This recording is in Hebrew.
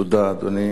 תודה, אדוני.